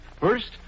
First